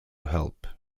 help